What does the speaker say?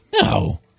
no